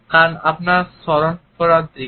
কারন এটি আপনার স্মরণ করার দিক